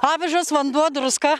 avižos vanduo druska